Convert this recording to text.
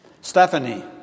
Stephanie